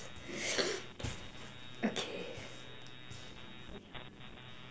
okay